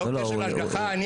אין קשר להשגחה,